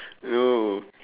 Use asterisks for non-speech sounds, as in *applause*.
*breath* oh